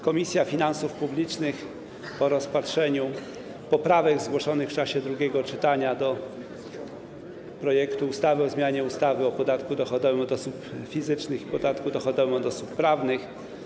Komisja Finansów Publicznych rozpatrzyła poprawki zgłoszone w czasie drugiego czytania do projektu ustawy o zmianie ustawy o podatku dochodowym od osób fizycznych, podatku dochodowym od osób prawnych.